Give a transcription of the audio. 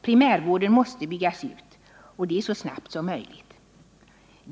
Primärvården måste byggas ut — och det så snabbt som möjligt.